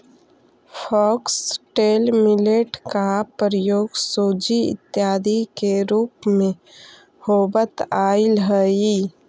foxtail millet का प्रयोग सूजी इत्यादि के रूप में होवत आईल हई